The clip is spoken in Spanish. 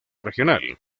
regional